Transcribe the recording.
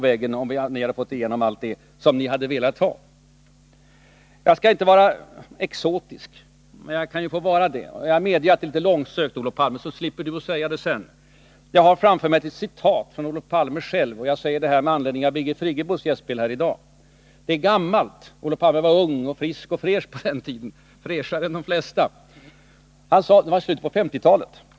Jag vill egentligen inte vara exotisk, men jag kan väl få vara det nu. Jag medger att det är litet långsökt, så slipper Olof Palme säga det själv. Jag har framför mig ett citat av Olof Palme, och jag skall läsa upp det med anledning av Birgit Friggebos gästspel här i dag. Det är gammalt, från slutet av 1950-talet, och Olof Palme var ung och frisk och fräsch — fräschare än de flesta.